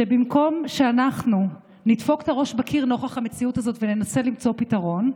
שבמקום שאנחנו נדפוק את הראש בקיר נוכח המציאות הזאת וננסה למצוא פתרון,